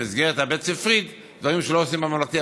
במסגרת הבית-ספרית שלא עושים בממלכתי.